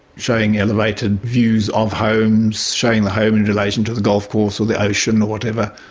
showing elevated views of homes, showing the home in relation to the golf course or the ocean or whatever.